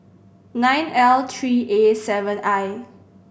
nine L three A seven I